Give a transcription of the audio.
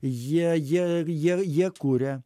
jie jie jie jie kuria